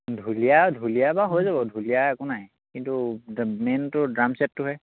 ঢুলীয়া ঢুলীয়া বাৰু হৈ যাব ঢুলীয়া একো নাই কিন্তু মেইনটো ড্ৰাম ছেটটোহে